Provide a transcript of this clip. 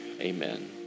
amen